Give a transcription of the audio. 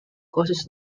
causes